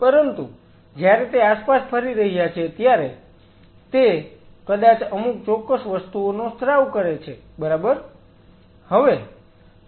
પરંતુ જ્યારે તે આસપાસ ફરી રહ્યા છે ત્યારે તે કદાચ અમુક ચોક્કસ વસ્તુઓનો સ્ત્રાવ કરે છે બરાબર